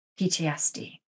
PTSD